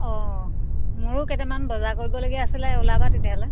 অঁ মোৰো কেইটামান বজাৰ কৰিবলগীয়া আছিলে ওলাবা তেতিয়াহ'লে